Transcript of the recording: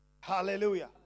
Hallelujah